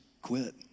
Quit